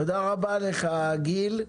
תודה רבה לך, גיל.